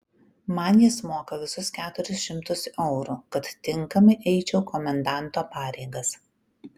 man jis moka visus keturis šimtus eurų kad tinkamai eičiau komendanto pareigas